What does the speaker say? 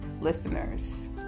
listeners